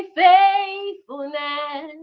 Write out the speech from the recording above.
faithfulness